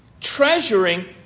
Treasuring